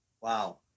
Wow